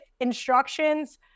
instructions